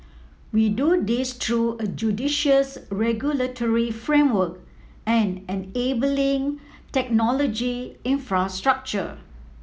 we do this through a judicious regulatory framework and enabling technology infrastructure